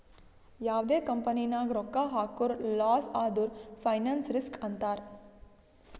ಯಾವ್ದೇ ಕಂಪನಿ ನಾಗ್ ರೊಕ್ಕಾ ಹಾಕುರ್ ಲಾಸ್ ಆದುರ್ ಫೈನಾನ್ಸ್ ರಿಸ್ಕ್ ಅಂತಾರ್